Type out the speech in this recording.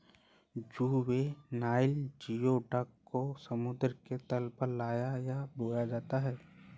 juvenile geoduck को समुद्र के तल पर लगाया है या बोया जाता है